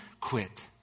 quit